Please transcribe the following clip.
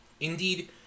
Indeed